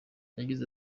yagize